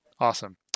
Awesome